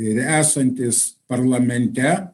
ir esantys parlamente